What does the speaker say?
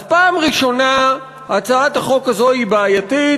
אז, פעם ראשונה הצעת החוק הזאת היא בעייתית